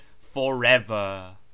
forever